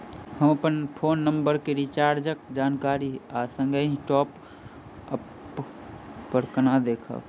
हम अप्पन phone number केँ रिचार्जक जानकारी आ संगहि टॉप अप कोना देखबै?